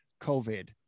COVID